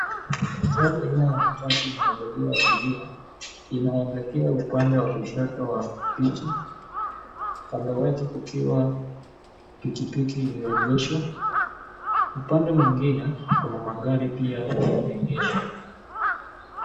Gari aina ya matatu inayowabebea abiria inaelekea upande wa kushoto wa picha kando yake kukiwa pikipiki iliyoegeshwa. Upande mwingine kuna magari pia yanayoegeshwa.